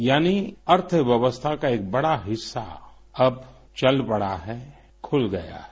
यानी अर्थव्यवस्था का एक बड़ा हिस्सा अब चल पड़ा है खूल गया हैं